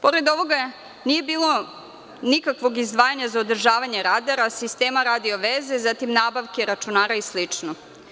Pored ovoga, nije bilo nikakvog izdvajanja za održavanje radara, sistema radio veza, nabavke računara i slično.